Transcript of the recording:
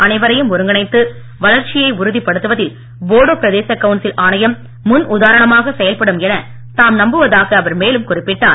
அனைவரையும் ஒருங்கிணைத்து வளர்ச்சியை உறுதிப்படுத்துவதில் போடோ பிரதேசக் கவுன்சில் ஆணையம் முன் உதாரணமாக செயல்படும் எனத் தாம் நம்புவதாக அவர் மேலும் குறிப்பிட்டார்